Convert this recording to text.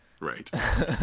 Right